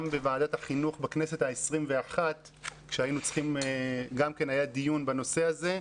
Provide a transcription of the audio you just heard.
גם בוועדת החינוך בכנסת ה-21 היה דיון בנושא הזה,